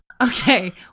Okay